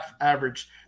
average